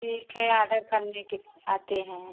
ठीक है आर्डर करने के लिए आते हैं